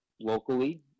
locally